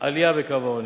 עלייה בקו העוני.